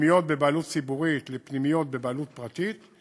הפנימיות בבעלות ציבורית לפנימיות בבעלות פרטית,